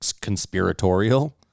conspiratorial